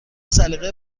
سلیقه